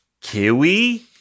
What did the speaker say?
Kiwi